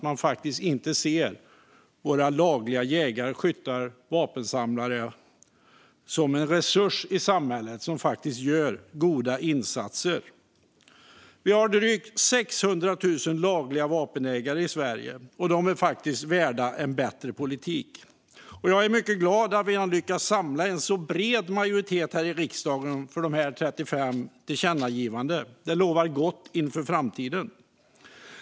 Man ser inte våra lagliga jägare, skyttar och vapensamlare som en resurs i samhället som gör goda insatser. Vi har drygt 600 000 lagliga vapenägare i Sverige. De är värda en bättre politik. Jag är mycket glad att vi har lyckats samla en så bred majoritet i riksdagen för de 35 tillkännagivandena. Det lovar gott inför framtiden.